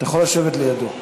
אתה יכול לשבת לידו.